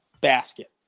basket